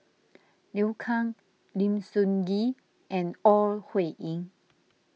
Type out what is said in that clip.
Liu Kang Lim Sun Gee and Ore Huiying